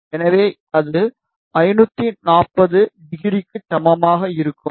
எனவே அது 540 டிகிரிக்கு சமமாக இருக்கும்